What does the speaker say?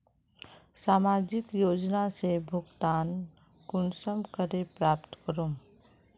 सामाजिक योजना से भुगतान कुंसम करे प्राप्त करूम?